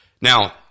Now